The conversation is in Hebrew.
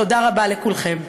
תודה רבה לכולכם.